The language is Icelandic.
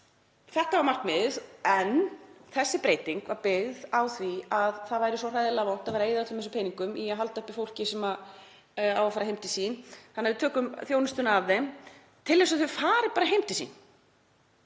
Þetta var markmiðið en þessi breyting var byggð á því að það væri svo hræðilega vont að vera að eyða öllum þessum peningum í að halda uppi fólki sem á að fara heim til sín þannig að við tökum þjónustuna af þeim, til þess að þau fari bara heim til sín.